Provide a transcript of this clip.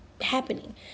happening